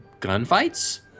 gunfights